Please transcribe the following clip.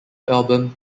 album